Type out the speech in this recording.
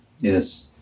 Yes